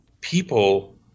people